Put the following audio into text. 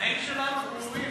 התנאים שלנו ברורים,